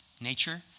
nature